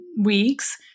weeks